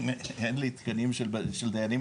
אין לי תקנים של דיינים,